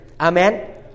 Amen